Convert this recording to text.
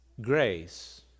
grace